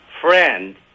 friend